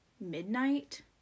midnight